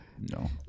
no